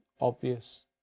obvious